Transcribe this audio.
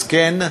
אז, כן,